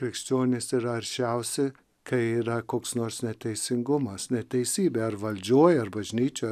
krikščionys yra aršiausi kai yra koks nors neteisingumas neteisybė ar valdžioj ar bažnyčioj